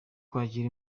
kwakira